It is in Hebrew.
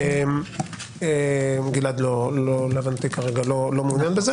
גלעד לא מעוניין בזה